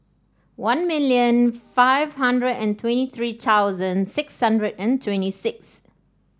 one million five hundred and twenty three thousand six hundred and twenty six